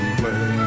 play